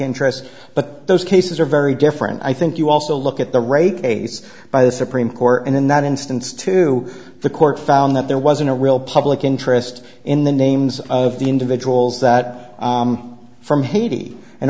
interest but those cases are very different i think you also look at the rate case by the supreme court and in that instance to the court found that there wasn't a real public interest in the names of the individuals that from haiti and